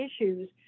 issues